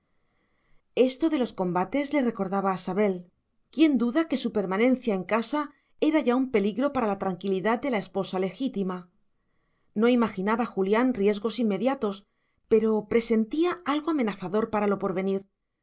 esto de los combates le recordaba a sabel quién duda que su permanencia en casa era ya un peligro para la tranquilidad de la esposa legítima no imaginaba julián riesgos inmediatos pero presentía algo amenazador para lo porvenir